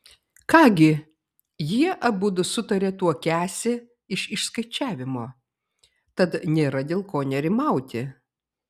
ką gi jie abudu sutarė tuokiąsi iš išskaičiavimo tad nėra dėl ko nerimauti